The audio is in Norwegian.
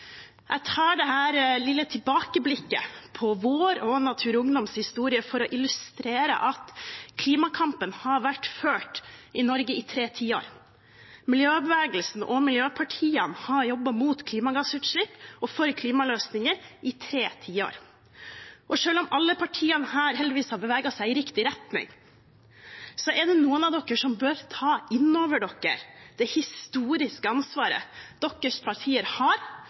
Jeg tar dette lille tilbakeblikket på vår og Natur og Ungdoms historie for å illustrere at klimakampen har vært ført i Norge i tre tiår. Miljøbevegelsen og miljøpartiene har jobbet mot klimagassutslipp og for klimaløsninger i tre tiår. Selv om alle partiene her heldigvis har beveget seg i riktig retning, er det noen som bør ta inn over seg det historiske ansvaret deres partier har